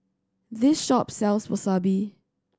this shop sells Wasabi